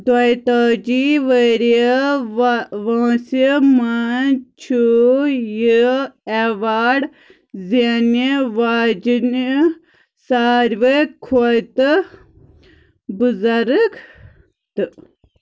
دۄیہِ تٲجی وریہِ ؤ وٲنٛسہِ منٛز چھےٚ یہِ اٮ۪واڈ زٮ۪نہِ واجِنہِ ساروٕی کھۄتہٕ بُزرٕگ تہٕ